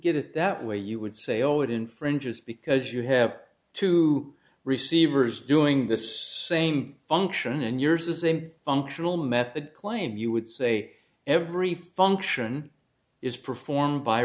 get it that way you would say oh it infringes because you have two receivers doing this same function and yours is a functional method claim you would say every function is performed by